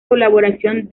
colaboración